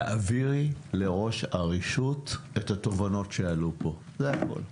תעבירי לראש הרשות את התובנות שעלו פה - זה הכול.